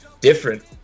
different